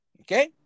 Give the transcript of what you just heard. Okay